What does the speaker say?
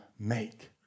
Make